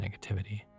negativity